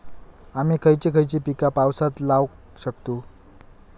आम्ही खयची खयची पीका पावसात लावक शकतु?